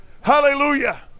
Hallelujah